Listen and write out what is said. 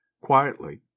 quietly